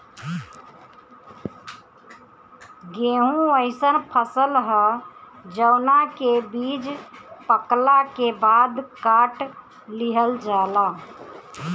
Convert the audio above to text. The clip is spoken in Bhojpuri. गेंहू अइसन फसल ह जवना के बीज पकला के बाद काट लिहल जाला